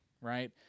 right